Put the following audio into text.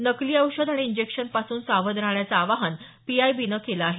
नकली औषध आणि इंजेक्शन पासून सावध राहण्याचं आवाहन पीआयबीनं केलं आहे